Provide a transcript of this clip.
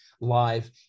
live